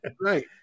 right